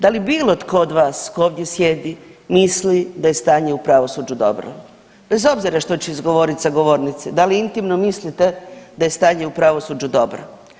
Da li bilo tko od vas tko ovdje sjedi misli da je stanje u pravosuđu dobro, bez obzira što će izgovoriti sa govornice, da li intimno mislite da je stanje u pravosuđu dobro?